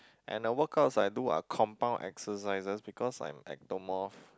and a workouts I do are compound exercises because I'm ectomorph